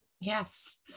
Yes